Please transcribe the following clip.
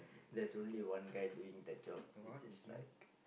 that's only one guy doing the job which is like